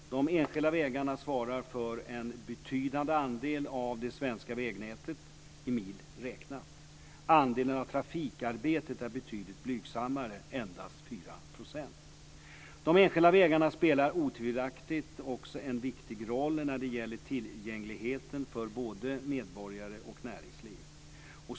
De enskilda vägarna svarar för en betydande andel av det svenska vägnätet, i mil räknat. Andelen av trafikarbetet är betydligt blygsammare - endast 4 %. De enskilda vägarna spelar otvivelaktigt också en viktig roll när det gäller tillgängligheten för både medborgare och näringsliv.